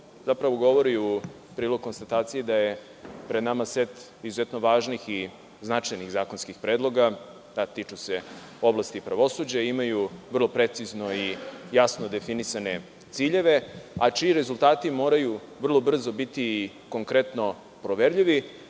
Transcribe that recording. zapravo govori u prilog konstataciji da je pred nama set izuzetno važnih i značajnih zakonskih predloga, a tiču se oblasti pravosuđa, imaju vrlo precizno i jasno definisane ciljeve, a čiji rezultati moraju vrlo brzo biti konkretno proverljivi,